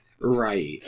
right